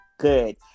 good